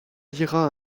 lira